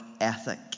ethic